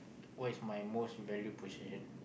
what is my most value possession